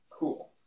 cool